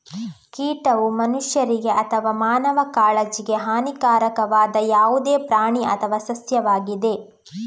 ಕೀಟವು ಮನುಷ್ಯರಿಗೆ ಅಥವಾ ಮಾನವ ಕಾಳಜಿಗೆ ಹಾನಿಕಾರಕವಾದ ಯಾವುದೇ ಪ್ರಾಣಿ ಅಥವಾ ಸಸ್ಯವಾಗಿದೆ